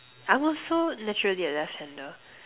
I'm also naturally a left hander